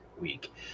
week